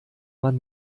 man